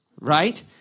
right